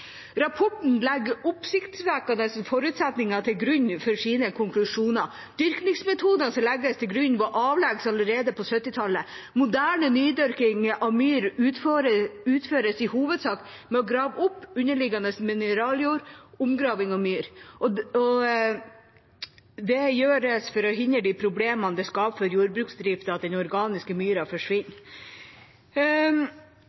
Rapporten legger oppsiktsvekkende forutsetninger til grunn for sine konklusjoner. Dyrkningsmetoder som legges til grunn, var avleggs allerede på 1970-tallet. Moderne nydyrking av myr utføres i hovedsak med å grave opp underliggende mineraljord, omgraving av myr. Det gjøres for å hindre de problemene det skaper for jordbruksdriften at den organiske myra